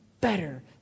better